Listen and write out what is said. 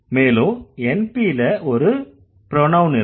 மேலும் NP ல ஒரு ப்ரோநவ்ன் இருக்கு